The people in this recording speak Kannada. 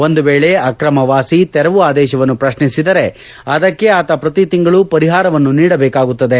ಒಂದು ವೇಳೆ ಅಕ್ರಮ ವಾಸಿ ತೆರವು ಆದೇಶವನ್ನು ಪ್ರಶ್ನಿಸಿದರೆ ಅದಕ್ಕೆ ಆತ ಪ್ರತಿ ತಿಂಗಳು ಪರಿಹಾರವನ್ನು ನೀಡಬೇಕಾಗುತ್ತದೆ